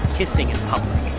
kissing in public.